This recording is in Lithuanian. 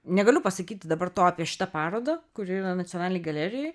negaliu pasakyti dabar to apie šitą parodą kuri yra nacionalinėj galerijoj